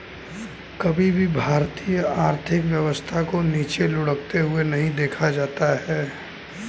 कभी भी भारतीय आर्थिक व्यवस्था को नीचे लुढ़कते हुए नहीं देखा जाता है